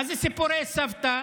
מה זה סיפורי סבתא?